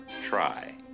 Try